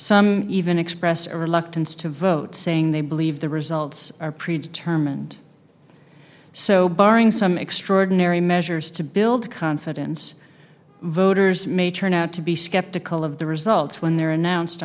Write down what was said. some even expressed a reluctance to vote saying they believe the results are pre determined so barring some extraordinary measures to build confidence voters may turn out to be skeptical of the results when they're announced